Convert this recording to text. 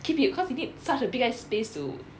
keep it cause you need such a big ass space to